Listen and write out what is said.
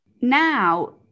now